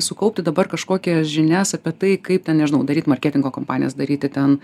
sukaupti dabar kažkokias žinias apie tai kaip ten nežinau daryt marketingo kompanijos daryti ten